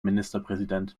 ministerpräsident